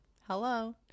Hello